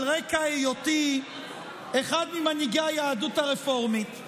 רקע היותי אחד ממנהיגי היהדות הרפורמית.